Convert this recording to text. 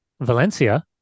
Valencia